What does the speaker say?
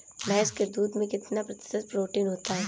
भैंस के दूध में कितना प्रतिशत प्रोटीन होता है?